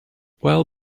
while